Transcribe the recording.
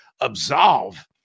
absolve